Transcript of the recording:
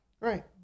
Right